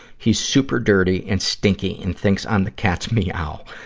he's super dirty and stinky and thinks i'm the cat's meow.